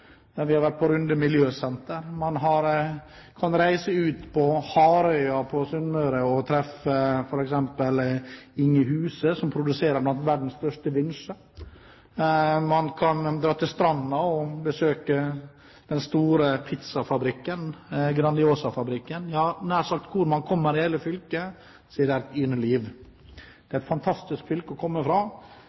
vi har vært på Runde Miljøsenter. Man kan reise ut på Harøya i Sunnmøre og treffe f.eks. Inge Huse, som produserer noen av verdens største vinsjer, og man kan dra til Stranda og besøke den store Grandiosa-fabrikken. Ja, nær sagt hvor man kommer i hele fylket, er det et yrende liv. Det er et fantastisk fylke å komme fra,